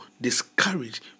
discouraged